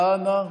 כהנא,